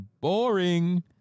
boring